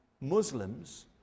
Muslims